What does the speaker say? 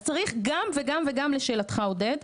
אז צריך גם וגם וגם לשאלתך, עודד.